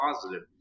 positive